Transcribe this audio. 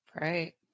Right